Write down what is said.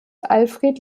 alfred